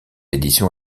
édition